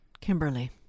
Kimberly